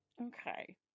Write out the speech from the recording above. Okay